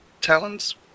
Talon's